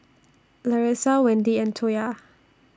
Larissa Wendi and Toya